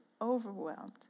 overwhelmed